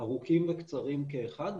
ארוכים וקצרים ואחד,